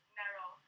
narrow